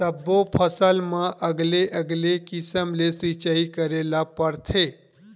सब्बो फसल म अलगे अलगे किसम ले सिचई करे ल परथे